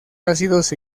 ácidos